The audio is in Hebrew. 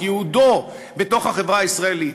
את ייעודו בתוך החברה הישראלית,